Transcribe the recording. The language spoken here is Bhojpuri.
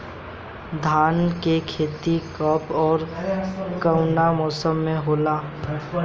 धान क खेती कब ओर कवना मौसम में होला?